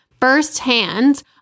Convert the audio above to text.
firsthand